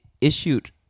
issued